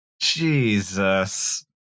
Jesus